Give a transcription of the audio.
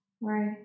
Right